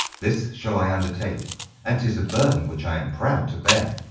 this shall i undertake and tis a burden which i am proud to bear.